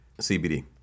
CBD